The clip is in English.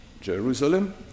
Jerusalem